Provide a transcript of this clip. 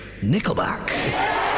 Nickelback